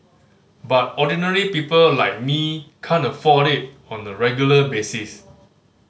but ordinary people like me can't afford it on a regular basis